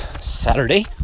Saturday